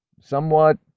somewhat